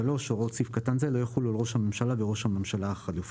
הוראות סעיף קטן זה לא יחולו על ראש הממשלה ועל ראש הממשלה החלופי."